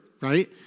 right